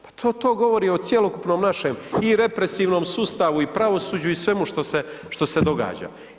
Pa to govori o cjelokupnom našem i represivnom sustavu i pravosuđu i svemu što se, što se događa.